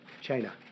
China